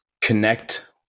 connect